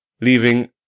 leaving